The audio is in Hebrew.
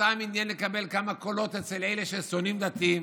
שאותן עניין כמה קולות אצל אלה ששונאים דתיים.